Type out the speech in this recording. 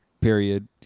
period